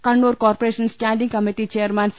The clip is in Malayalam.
Kannur corporation standing committee chairman C